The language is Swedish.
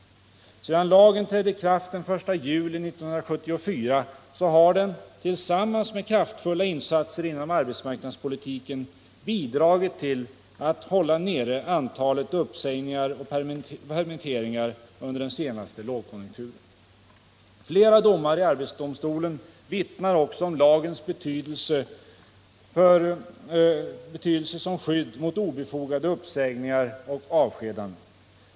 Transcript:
Sedan lagen trädde i kraft den 1 juli 1974 har den —- tillsammans med kraftfulla insatser inom arbetsmarknadspolitiken — bidragit till att hålla nere antalet uppsägningar och permitteringar under den senaste lågkonjunkturen. Flera domar i arbetsdomstolen vittnar också om lagens betydelse som skydd mot obefogade uppsägningar eller avskedanden.